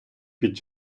під